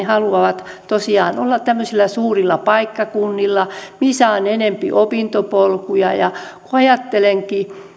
haluavat tosiaan olla tämmöisillä suurilla paikkakunnilla missä on enempi opintopolkuja ja kun ajattelenkin